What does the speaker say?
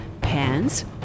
pants